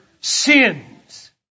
sins